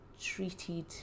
treated